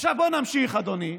עכשיו בוא נמשיך, אדוני,